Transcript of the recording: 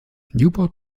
newport